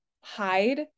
hide